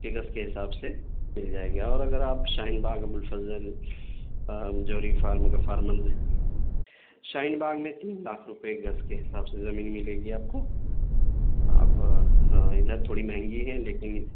کے گز کے حساب سے مل جائے گی اور اگر آپ شاہین باغ ابو الفضل جوہری فارم غفار منزل شاہین باغ میں تین لاکھ روپئے گز کے حساب سے زمین ملے گی آپ کو آپ ادھر تھوڑی مہنگی ہے لیکن